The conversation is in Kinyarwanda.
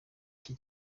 iki